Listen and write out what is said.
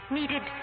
needed